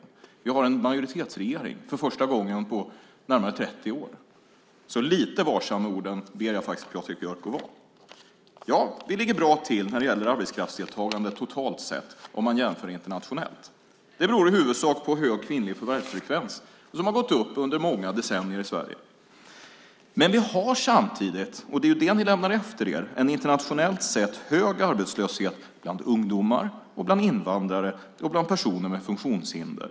Vi har en majoritetsregering för första gången på närmare 30 år. Lite varsam med orden ber jag faktiskt Patrik Björck att vara. Ja, vi ligger bra till när det gäller arbetskraftsdeltagandet totalt sett vid en internationell jämförelse. Det beror i huvudsak på hög kvinnlig förvärvsfrekvens, som har gått upp under många decennier i Sverige. Men vi har samtidigt, och det är det ni lämnar efter er, en internationellt sett hög arbetslöshet bland ungdomar, invandrare och personer med funktionshinder.